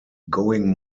going